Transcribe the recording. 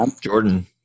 Jordan